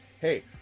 Hey